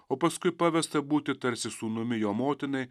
o paskui pavesta būti tarsi sūnumi jo motinai